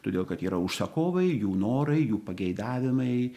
todėl kad yra užsakovai jų norai jų pageidavimai